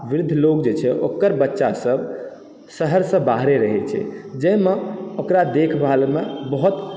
वृद्ध लोग जे छै ओकर बच्चा सब शहर सॅं बाहरे रहै छै जाहिमे ओकरा देखभालमे बहुत